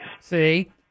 See